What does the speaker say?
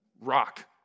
rock